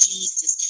Jesus